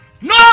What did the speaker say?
No